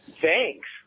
thanks